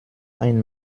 ein